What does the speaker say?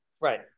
Right